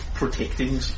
Protecting